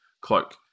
cloak